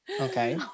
Okay